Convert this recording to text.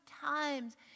times